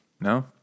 No